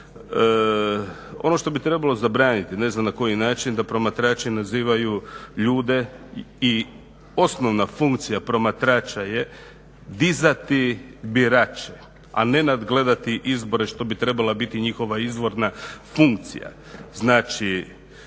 Ono što bi trebalo zabraniti ne znam na koji način, da promatrači nazivaju ljude i osnovna funkcija promatrača je dizati birače, a ne nadgledati izbore što bi trebala biti njihova izvorna funkcija.